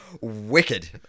Wicked